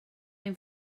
ein